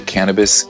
Cannabis